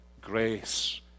grace